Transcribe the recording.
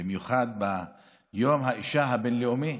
במיוחד ביום האישה הבין-לאומי.